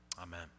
Amen